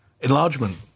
Enlargement